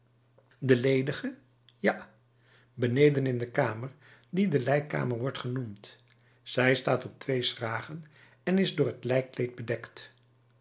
de ledige ja beneden in de kamer die de lijkkamer wordt genoemd zij staat op twee schragen en is door t lijkkleed bedekt